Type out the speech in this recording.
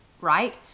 right